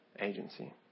agency